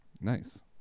Nice